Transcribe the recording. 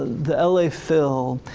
the l a. phil,